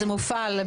זה מופעל.